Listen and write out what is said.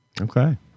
Okay